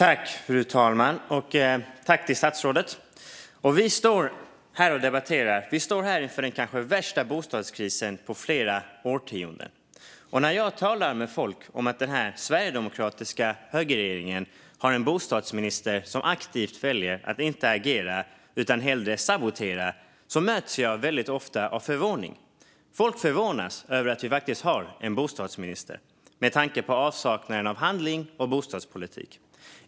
Fru talman! Medan vi står här och debatterar står vi inför den kanske värsta bostadskrisen på flera årtionden. När jag talar med folk om att den sverigedemokratiska högerregeringen har en bostadsminister som aktivt väljer att inte agera utan hellre saboterar möts jag väldigt ofta av förvåning. Folk förvånas över att vi faktiskt har en bostadsminister med tanke på avsaknaden av handling och bostadspolitik.